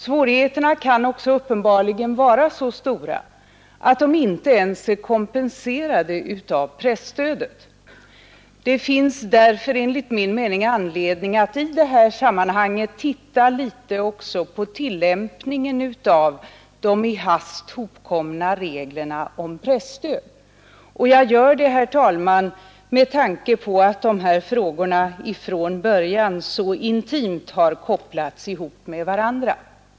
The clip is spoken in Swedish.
Svårigheterna kan också uppenbarligen vara så stora att de inte ens är kompenserade av presstödet. Det finns därför enligt min mening anledning att i det här sammanhanget titta litet också på tillämpningen av de i hast hopkomna reglerna om presstöd, och jag gör det, herr talman, med tanke på att de här frågorna från början så intimt har kopplats ihop med varandra.